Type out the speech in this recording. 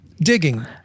digging